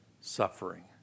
suffering